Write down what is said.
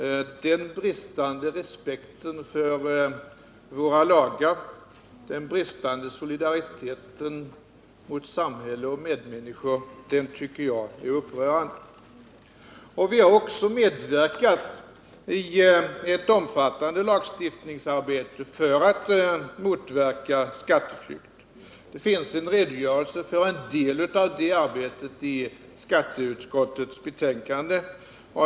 Den bristande respekten för våra lagar, den bristande solidariteten mot samhälle och medmänniskor, det tycker jag är upprörande. Vi har också medverkat i ett omfattande lagstiftningsarbete för att motverka skatteflykt. Det finns en redogörelse för en del av det arbetet i skatteutskottets betänkande.